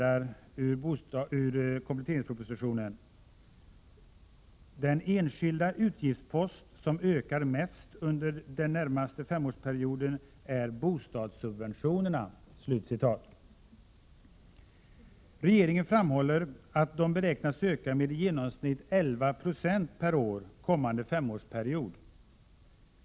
a: ”Den enskilda utgiftspost som ökar mest under den närmaste femårsperioden är bostadssubventionerna.” Regeringen framhåller att de beräknas öka med i genomsnitt 11 26 per år kommande femårsperiod.